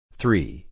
three